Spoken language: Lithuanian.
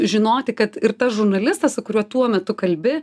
žinoti kad ir tas žurnalistas su kuriuo tuo metu kalbi